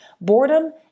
Boredom